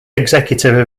executive